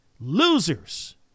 losers